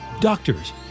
Doctors